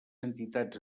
entitats